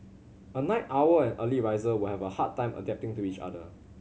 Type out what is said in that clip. a night owl and early riser will have a hard time adapting to each other